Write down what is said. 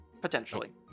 potentially